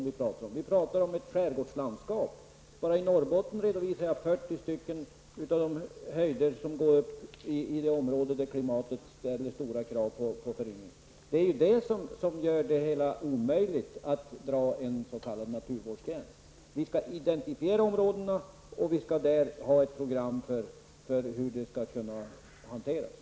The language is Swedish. Vi talar om ett skärgårdslandskap. Jag har bara i fråga om Norrbotten redovisat 40 höjder som går upp i det område där klimatet ställer stora krav på föryngringen. Det är det som gör det omöjligt att dra en s.k. naturvårdsgräns. Vi skall identifiera områdena, och vi skall ha ett program för hur de skall hanteras.